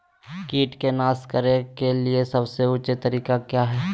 किट को नास करने के लिए सबसे ऊंचे तरीका काया है?